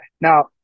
Now